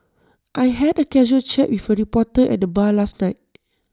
I had A casual chat with A reporter at the bar last night